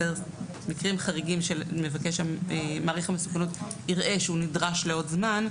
מקרים חריגים שמעריך המסוכנות יראה שהוא נדרש לעוד זמן,